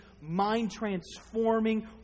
mind-transforming